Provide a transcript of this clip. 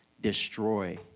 destroy